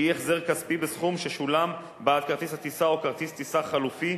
שהיא החזר כספי בסכום ששולם בעד כרטיס הטיסה או כרטיס טיסה חלופי,